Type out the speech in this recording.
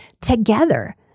together